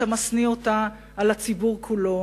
אתה משניא אותה על הציבור כולו,